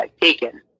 taken